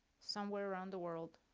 somewhere around the world,